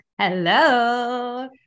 Hello